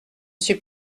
suis